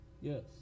Yes